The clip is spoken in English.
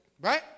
right